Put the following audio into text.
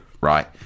right